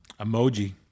Emoji